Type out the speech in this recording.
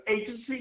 agency